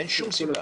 אין שום סיבה.